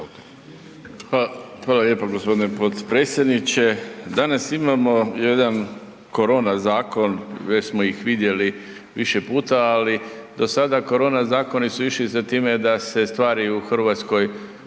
Hvala lijepo gospodine potpredsjedniče. Danas imamo jedan korona zakon, već smo ih vidjeli više puta, ali do sada korona zakoni su išli za time da se stvari u Hrvatskoj